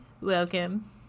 Welcome